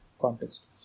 context